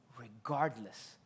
regardless